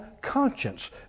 conscience